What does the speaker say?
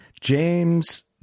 james